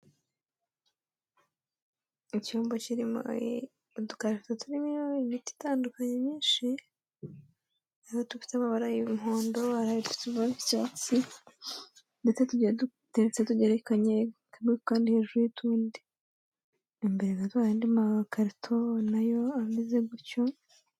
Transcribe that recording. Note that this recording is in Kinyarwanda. Icyumba kirimo udukarito turimo imiti itandukanye myinshi, iyo dufite amabara y'umuhondo n'icyatsi ndetse tugenda duteretse tugere kamwe kandi hejuru y'utundi, imbere hari mandi makarito, nayo ameze gutyo.